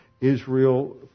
Israel